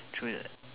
throw me that